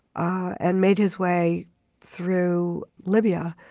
ah and made his way through libya,